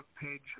page